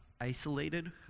isolated